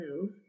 move